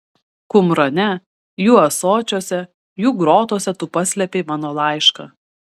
kumrane jų ąsočiuose jų grotose tu paslėpei mano laišką